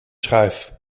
schuif